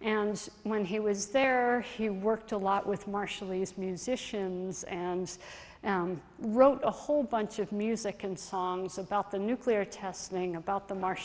and when he was there he worked a lot with marshallese musicians and wrote a whole bunch of music and songs about the nuclear testing about the mar